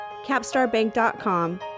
CAPSTARBANK.COM